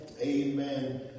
Amen